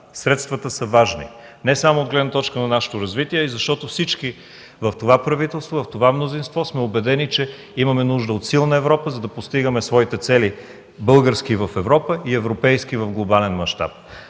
средствата са важни не само от гледна точка на нашето развитие, а и защото всички в това правителство, в това мнозинство сме убедени, че имаме нужда от силна Европа, за да постигаме своите цели – български в Европа и европейски – в глобален мащаб.